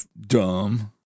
Dumb